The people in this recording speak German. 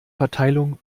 verteilung